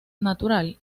natural